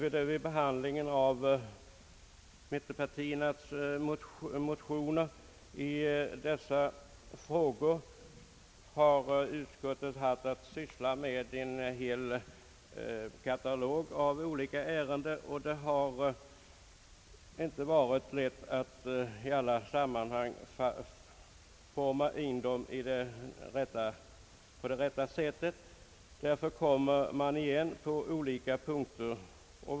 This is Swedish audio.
Vid behandlingen av mittenpartiernas motioner i dessa frågor har utskot tet haft att syssla med en hel katalog av ärenden, och det har inte varit lätt att i alla sammanhang foga in dem på det rätta sättet. Utskottet återkommer därför på olika punkter.